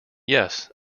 yes